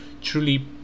truly